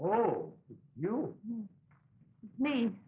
oh you mean